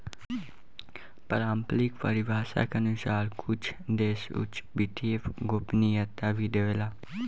पारम्परिक परिभाषा के अनुसार कुछ देश उच्च वित्तीय गोपनीयता भी देवेला